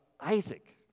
Isaac